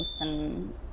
and-